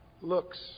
looks